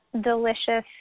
delicious